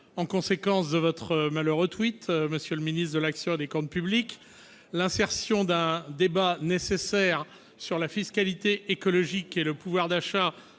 en conséquence de votre malheureux, monsieur le ministre de l'action et des comptes publics, l'insertion d'un débat- nécessaire -sur la fiscalité écologique et le pouvoir d'achat